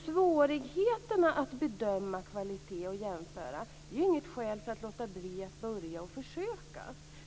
Svårigheterna att bedöma kvalitet och göra jämförelser är ju inget skäl för att låta bli att försöka.